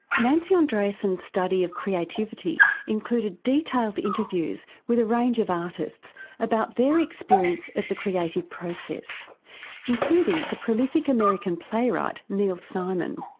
nancy andreasen's study of creativity included detailed interviews with a range of artists about their experience of the creative process including the prolific american playwright neil simon.